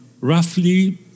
roughly